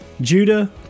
Judah